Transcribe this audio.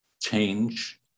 change